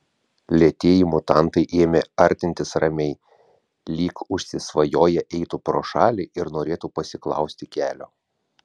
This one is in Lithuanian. lėtieji mutantai ėmė artintis ramiai lyg užsisvajoję eitų pro šalį ir norėtų pasiklausti kelio